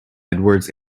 edwards